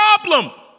problem